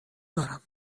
دارم